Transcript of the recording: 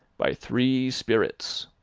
by three spirits.